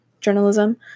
journalism